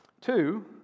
Two